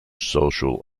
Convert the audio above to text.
social